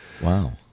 wow